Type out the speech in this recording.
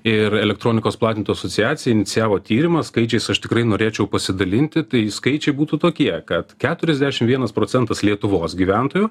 ir elektronikos platintojų asociacija inicijavo tyrimą skaičiais aš tikrai norėčiau pasidalinti tai skaičiai būtų tokie kad keturiasdešim vienas procentas lietuvos gyventojų